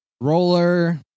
Roller